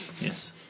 Yes